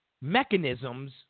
mechanisms